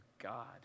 God